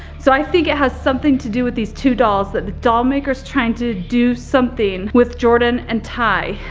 so i think it has something to do with these two dolls, that the dollmaker's trying to do something with jordan and ty.